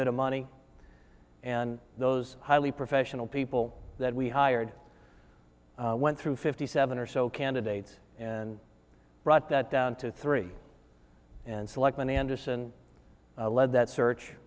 bit of money and those highly professional people that we hired went through fifty seven or so candidates and brought that down to three and selectman anderson led that search